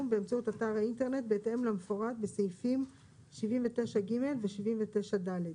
באמצעות אתר האינטרנט בהתאם למפורט בסעיפים 79 ג' ו-79 ד'.